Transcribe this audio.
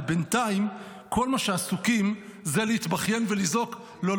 ובינתיים כל מה שעסוקים זה להתבכיין ולזעוק: לא,